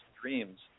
dreams